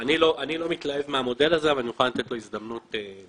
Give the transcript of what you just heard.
אני לא מתלהב מהמודל הזה אבל אני מוכן לתת לו הזדמנות נוספת.